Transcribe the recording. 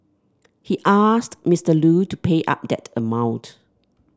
he asked Mister Lu to pay up that amount